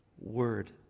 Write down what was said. word